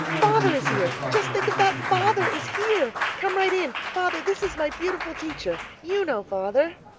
father is here. just think of that! father is here! come right in. father, this is my beautiful teacher. you know, father.